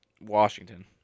Washington